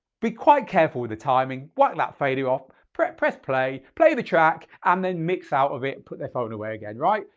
be quite careful with the timing, what not failure off, press press play, play the track and then mix out of it. put the phone away again, right?